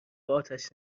آتش